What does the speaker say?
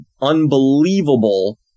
unbelievable